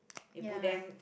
you put them